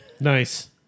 Nice